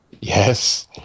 Yes